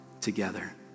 together